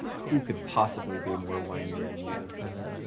who could possibly be more whinier than you? i know, and